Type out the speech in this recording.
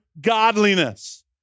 godliness